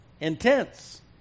intense